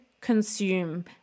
consume